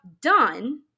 done